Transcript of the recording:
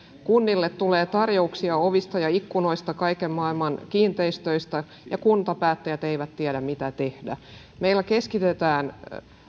kunnille tulee tarjouksia ovista ja ikkunoista kaiken maailman kiinteistöistä ja kuntapäättäjät eivät tiedä mitä tehdä meillä keskitetään